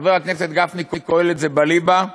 חבר הכנסת גפני, קהלת זה בליבה?